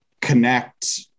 connect